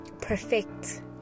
perfect